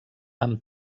amb